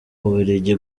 bubiligi